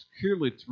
clearly